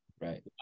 Right